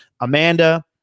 Amanda